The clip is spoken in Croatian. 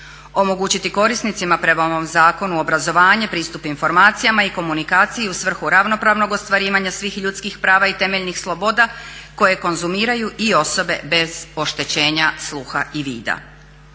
Omogućiti korisnicima prema ovom zakonu obrazovanje, pristup informacijama i komunikaciji u svrhu ravnopravnog ostvarivanja svih ljudskih prava i temeljnih sloboda koje konzumiraju i osobe bez oštećenja sluha i vida.